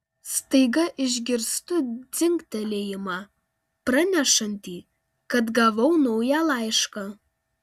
staiga išgirstu dzingtelėjimą pranešantį kad gavau naują laišką